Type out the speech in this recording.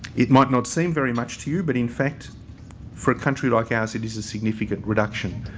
it might not seem very much to you, but in fact for a country like ours it is a significant reduction.